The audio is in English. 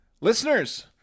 Listeners